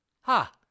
Ha